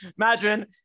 Imagine